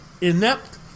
inept